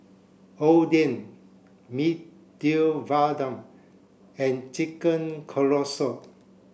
Oden Medu Vada and Chicken Casserole